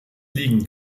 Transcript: liegen